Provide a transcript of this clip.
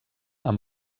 amb